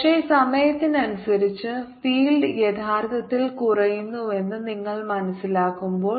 പക്ഷേ സമയത്തിനനുസരിച്ച് ഫീൽഡ് യഥാർത്ഥത്തിൽ കുറയുന്നുവെന്ന് നിങ്ങൾ മനസ്സിലാക്കുമ്പോൾ